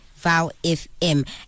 VowFM